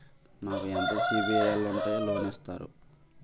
నాకు ఎంత సిబిఐఎల్ ఉంటే లోన్ ఇస్తారు?